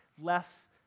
less